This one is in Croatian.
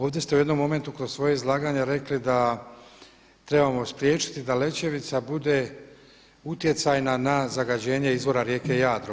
Ovdje ste u jednom momentu kroz svoje izlaganje rekli da trebamo spriječiti da Lećevica bude utjecajna na zagađenje izvora rijeke Jadro.